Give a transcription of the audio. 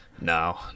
No